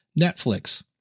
Netflix